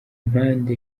mpande